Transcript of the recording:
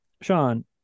Sean